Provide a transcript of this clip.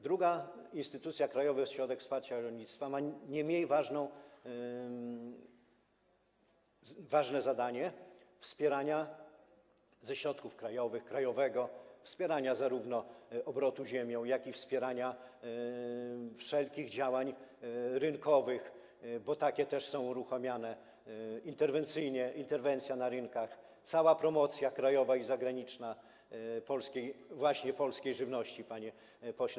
Druga instytucja, Krajowy Ośrodek Wsparcia Rolnictwa, ma nie mniej ważne zadanie wspierania ze środków krajowych, krajowego wspierania zarówno obrotu ziemią, jak i wszelkich działań rynkowych, bo takie też są uruchamiane interwencyjnie: interwencja na rynkach, cała promocja krajowa i zagraniczna właśnie polskiej żywności, panie pośle.